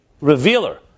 revealer